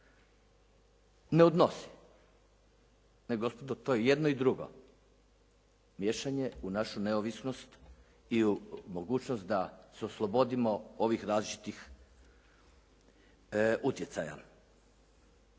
ne odnosi nego to je i jedno i drugo, miješanje u našu neovisnost i u mogućnost da se oslobodimo ovih različitih utjecaja,